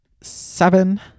seven